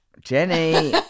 Jenny